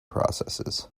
processes